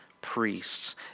priests